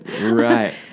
Right